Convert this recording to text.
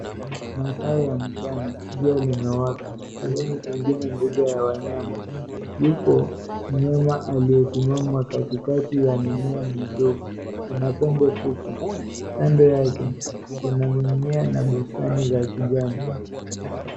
Masaa ya mchana. Jua limewaka. Sehemu pengine mbuga ya wanyama. Yupo mnyama aliyesimama katikati ya mimea midogo. Ana pembe fupi. Kando yake kuna mimea na bustani za kijani.